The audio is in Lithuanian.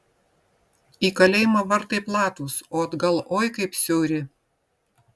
į kalėjimą vartai platūs o atgal oi kaip siauri